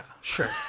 sure